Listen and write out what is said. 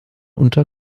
unter